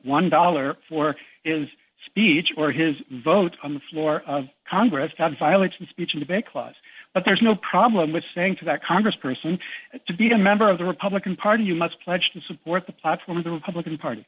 one dollar for is speech or his vote on the floor of congress comes violence and speech and debate clause but there's no problem with saying to that congress person to be a member of the republican party you must pledge to support the platform of the republican party